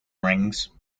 rings